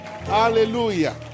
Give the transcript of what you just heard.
Hallelujah